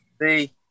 See